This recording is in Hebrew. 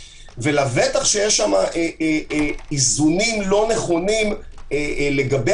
ולבטח יש שם איזונים לא נכונים לגבי